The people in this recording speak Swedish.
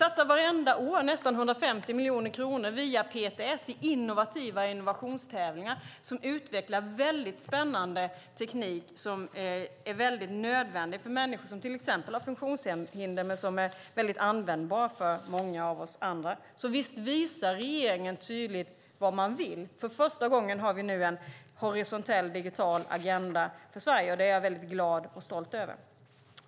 Vartenda år satsar vi nästan 150 miljoner kronor via PTS innovationstävlingar som utvecklar en väldigt spännande teknik som är nödvändig till exempel för människor som har funktionshinder och som är väldigt användbar också för många av oss andra. Så visst visar regeringen tydligt vad den vill. För första gången har vi nu en horisontell digital agenda för Sverige. Det är jag mycket glad och stolt över.